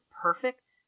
perfect